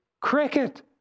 cricket